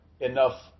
enough